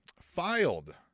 filed